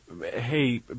hey